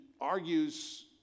argues